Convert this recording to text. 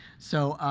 so